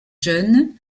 jeunes